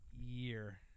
year